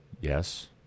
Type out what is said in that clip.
yes